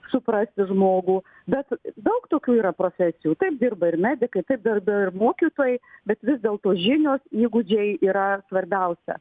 suprasti žmogų bet daug tokių yra profesijų taip dirba ir medikai taip dirba ir mokytojai bet vis dėlto žinios įgūdžiai yra svarbiausia